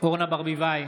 אורנה ברביבאי,